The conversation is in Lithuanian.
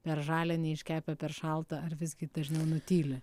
per žalia neiškepę per šalta ar visgi dažniau nutyli